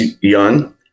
young